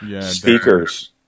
speakers